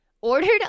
Ordered